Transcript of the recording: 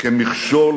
כמכשול